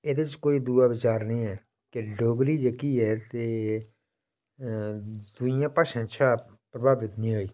एह्दे च कोई दूआ विचार निं ऐ कि डोगरी जेह्की ऐ ते दूइयां भाषां शा प्रभावित निं होई